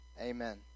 amen